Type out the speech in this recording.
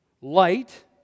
Light